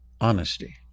Honesty